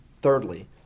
Thirdly